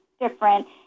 different